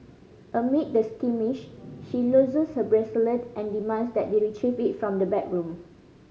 amid the skirmish she loses her bracelet and demands that they retrieve it from the backroom